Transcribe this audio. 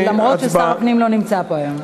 אף ששר הפנים לא נמצא פה היום.